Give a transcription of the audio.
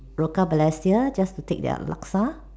Rochor Balestier just to take their laksa